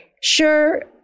sure